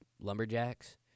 lumberjacks